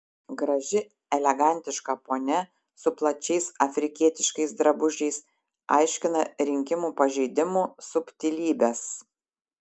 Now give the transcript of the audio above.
graži elegantiška ponia su plačiais afrikietiškais drabužiais aiškina rinkimų pažeidimų subtilybes